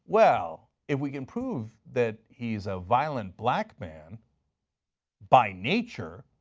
well, if we can prove that he is a violent black man by nature,